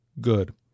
good